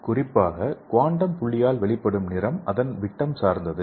குறிப்பாக குவாண்டம் புள்ளியால் வெளிப்படும் நிறம் அதன் விட்டத்தை சார்ந்தது